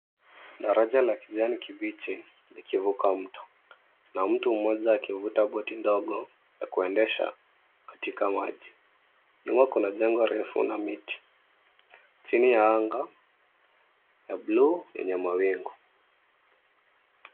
Daraja la kijani kibichi likivuka mto na mtu mmoja akivuta boti ndogo ya kuendesha katika maji. Nyuma kuna jengo refu na miti, chini ya anga ya bluu yenye mawingu.